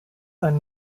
ein